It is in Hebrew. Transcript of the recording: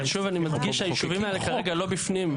שוב אני מדגיש שהיישובים האלה כרגע לא בפנים,